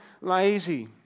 lazy